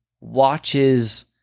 watches